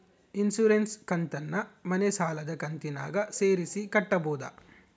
Insurance ಕಂತನ್ನ ಮನೆ ಸಾಲದ ಕಂತಿನಾಗ ಸೇರಿಸಿ ಕಟ್ಟಬೋದ?